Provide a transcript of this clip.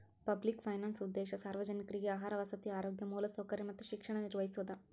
public finance ಉದ್ದೇಶ ಸಾರ್ವಜನಿಕ್ರಿಗೆ ಆಹಾರ ವಸತಿ ಆರೋಗ್ಯ ಮೂಲಸೌಕರ್ಯ ಮತ್ತ ಶಿಕ್ಷಣ ನಿರ್ವಹಿಸೋದ